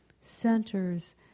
centers